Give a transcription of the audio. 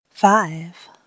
Five